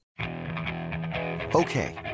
Okay